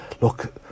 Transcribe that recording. look